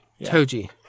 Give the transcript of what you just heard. Toji